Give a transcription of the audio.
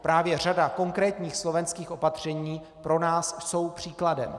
Právě řada konkrétních slovenských opatření pro nás je příkladem.